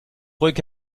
ruhig